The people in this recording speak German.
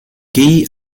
geh